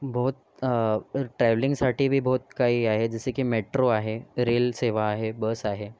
बोहोत ट्रॅव्हलिंगसाठी बी बोहोत काही आहे जसं की मेट्रो आहे रेल सेवा आहे बस आहे